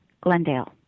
Glendale